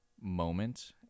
moment